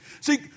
See